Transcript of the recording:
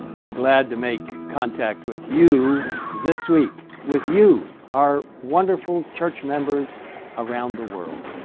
i'm glad to make contact with you this week. with you, our wonderful church members around the world.